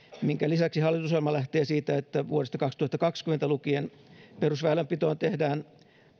minkä lisäksi hallitusohjelma lähtee siitä että vuodesta kaksituhattakaksikymmentä lukien perusväylänpitoon tehdään